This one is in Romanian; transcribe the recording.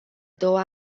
două